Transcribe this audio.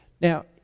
Now